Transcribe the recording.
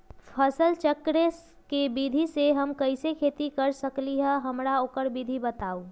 फसल चक्र के विधि से हम कैसे खेती कर सकलि ह हमरा ओकर विधि बताउ?